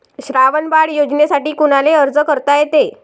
श्रावण बाळ योजनेसाठी कुनाले अर्ज करता येते?